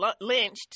lynched